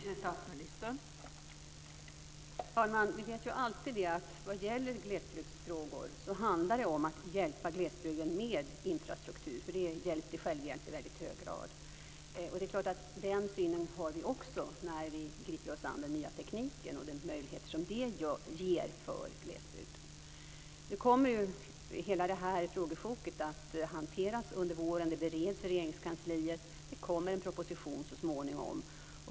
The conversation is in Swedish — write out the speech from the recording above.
Fru talman! Vi vet att det alltid vad gäller glesbygdsfrågor handlar om att hjälpa glesbygden med infrastruktur. Det är i väldigt hög grad hjälp till självhjälp. Den synen har vi också när vi griper oss an den nya tekniken och de möjligheter som det ger för glesbygd. Nu kommer hela det här frågesjoket att hanteras under våren. Det bereds inom Regeringskansliet. Det kommer en proposition så småningom.